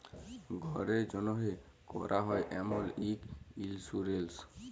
ঘ্যরের জ্যনহে ক্যরা হ্যয় এমল ইক ইলসুরেলস